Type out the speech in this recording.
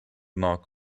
knock